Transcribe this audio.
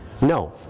No